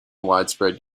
widespread